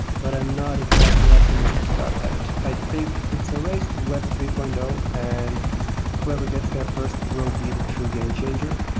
but i'm not exactly optimistic about that i think it's a raise to web three point zero and whoever gets there first will be the true game changer.